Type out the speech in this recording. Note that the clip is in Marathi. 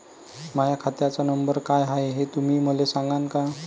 माह्या खात्याचा नंबर काय हाय हे तुम्ही मले सागांन का?